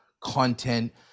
content